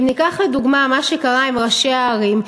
אם ניקח לדוגמה את מה שקרה עם ראשי הערים,